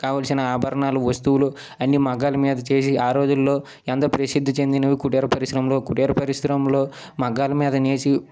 కావాల్సిన ఆభరణాలు వస్తువులు అన్నీ మగ్గాల మీద చేసి ఆ రోజుల్లో ఎంతో ప్రసిద్ధి చెందినవి కుటీర పరిశ్రమలు కుటీర పరిశ్రమలు మగ్గాల మీద నేసి